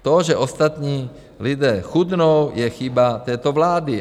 To, že ostatní lidé chudnou, je chyba této vlády.